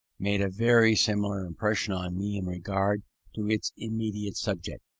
made a very similar impression on me in regard to its immediate subject.